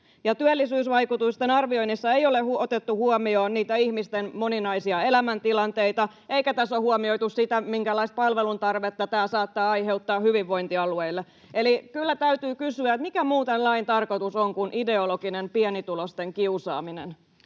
Työllisyysvaikutusten arvioinnissa ei ole otettu huomioon ihmisten moninaisia elämäntilanteita, eikä tässä ole huomioitu, minkälaista palveluntarvetta tämä saattaa aiheuttaa hyvinvointialueille. Eli kyllä täytyy kysyä: mikä muu tämän lain tarkoitus on kuin ideologinen pienituloisten kiusaaminen?